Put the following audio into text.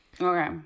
Okay